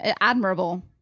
Admirable